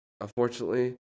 unfortunately